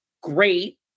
great